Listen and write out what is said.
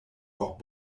auch